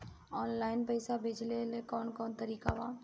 Online पइसा भेजेला कवन कवन तरीका बा?